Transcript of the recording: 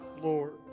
Lord